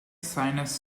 sinus